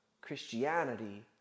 Christianity